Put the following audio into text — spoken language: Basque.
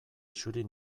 isuri